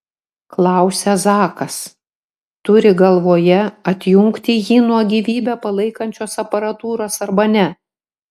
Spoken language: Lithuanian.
klausia zakas turi galvoje atjungti jį nuo gyvybę palaikančios aparatūros arba ne